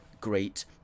great